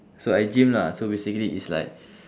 so I gym lah so basically it's like